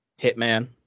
hitman